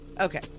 Okay